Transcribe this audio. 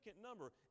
number